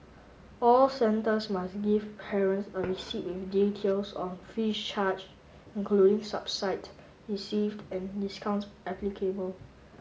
all centres must give parents a receipt with details on fees charge including received and discounts applicable